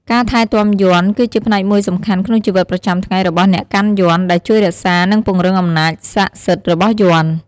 ការថែទាំយ័ន្ត គឺជាផ្នែកមួយសំខាន់ក្នុងជីវិតប្រចាំថ្ងៃរបស់អ្នកកាន់យ័ន្ត ដែលជួយរក្សា និងពង្រឹងអំណាចស័ក្កិសិទ្ធរបស់យ័ន្ត។